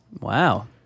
Wow